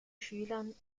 schülern